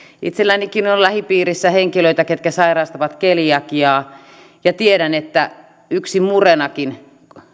itsellänikin on lähipiirissä henkilöitä jotka sairastavat keliakiaa ja tiedän että yksi murenakin